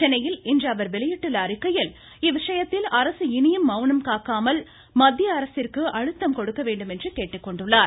சென்னையில் இன்று அவர் வெளியிட்டுள்ள அறிக்கையில் இவ்விஷயத்தில் அரசு இனியும் மவுனம் காக்காமல் மத்திய அரசிற்கு அழுத்தம் கொடுக்க வேண்டும் என்று கேட்டுக்கொண்டுள்ளார்